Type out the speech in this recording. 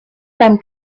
beim